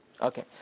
Okay